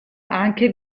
anche